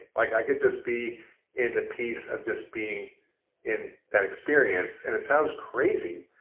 like i could just be in the peace of just being in that experience and it sounds crazy,